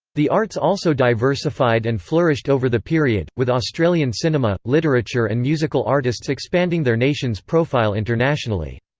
the arts also diversified and flourished over the period with australian cinema, literature and musical artists expanding their nation's profile internationally.